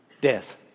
Death